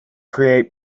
create